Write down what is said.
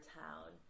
town